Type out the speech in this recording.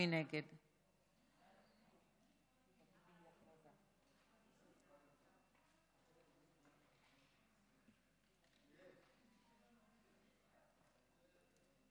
מי